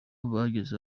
bageze